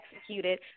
executed